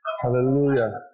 Hallelujah